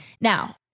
now